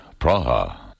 Praha